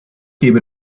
gebe